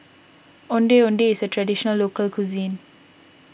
Ondeh Ondeh is a Traditional Local Cuisine